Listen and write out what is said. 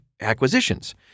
acquisitions